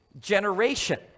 generation